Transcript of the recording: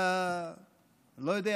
לא יודע,